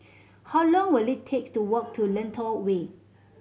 how long will it takes to walk to Lentor Way